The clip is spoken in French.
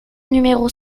numéro